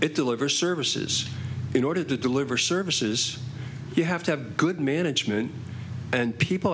it deliver services in order to deliver services you have to have good management and people